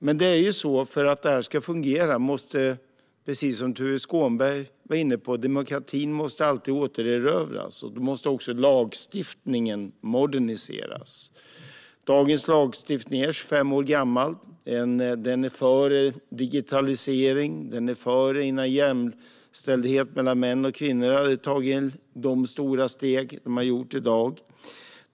Men för att detta ska fungera måste demokratin, precis som Tuve Skånberg var inne på, alltid återerövras, och då måste också lagstiftningen moderniseras. Dagens lagstiftning är 25 år gammal. Den kom före digitalisering och jämställdhet mellan män och kvinnor, innan de tagit de stora steg de har gjort i dag.